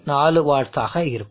4 watts ஆக இருக்கும்